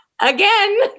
again